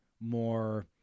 more